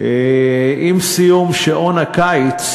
עם סיום שעון הקיץ,